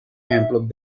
ejemplos